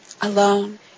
alone